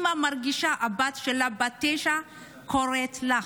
האימא מרגישה שהבת שלה, בת התשע, קוראת לה,